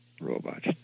robots